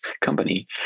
company